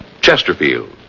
Chesterfield